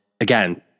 again